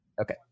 Okay